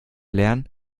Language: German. lernen